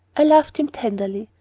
i loved him tenderly.